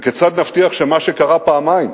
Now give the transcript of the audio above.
וכיצד נבטיח שמה שקרה פעמיים